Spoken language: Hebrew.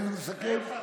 אין מסכם?